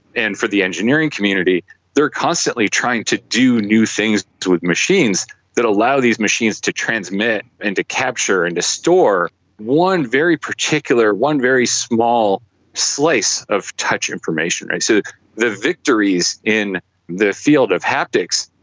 and for the engineering community they are constantly trying to do new things to machines that allow these machines to transmit and to capture and to store one very particular, one very small slice of touch information. so the victories in the field of haptics,